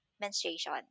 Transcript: menstruation